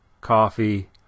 coffee